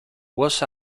was